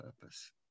purpose